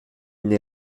une